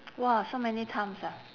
!wah! so many times ah